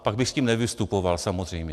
Pak bych s tím nevystupoval samozřejmě.